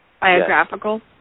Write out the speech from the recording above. biographical